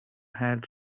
had